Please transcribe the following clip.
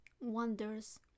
wonders